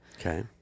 Okay